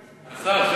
השר,